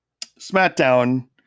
SmackDown